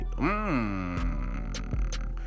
Mmm